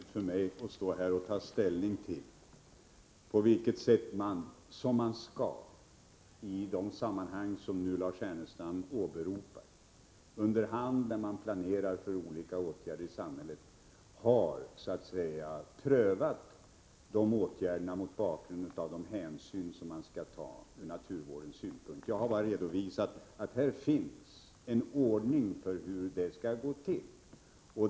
Herr talman! Det är naturligtvis inte möjligt för mig att här ta ställning till på vilket sätt man, i de sammanhang som Lars Ernestam redovisar, under hand vid planering av olika åtgärder i samhället har prövat åtgärderna mot bakgrund av de hänsyn som skall tas ur naturvårdssynpunkt. Jag har bara redovisat att det här finns en ordning för hur det skall gå till.